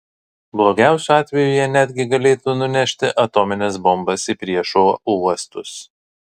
blogiausiu atveju jie netgi galėtų nunešti atomines bombas į priešo uostus